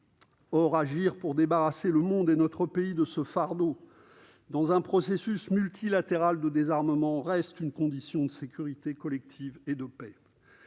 Or agir pour débarrasser le monde et notre pays de ce fardeau dans un processus multilatéral de désarmement reste une condition de la sécurité collective et de la paix.